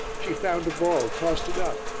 she found a ball, tossed it up,